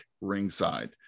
ringside